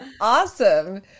awesome